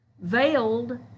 veiled